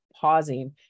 pausing